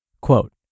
Quote